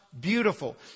beautiful